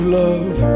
love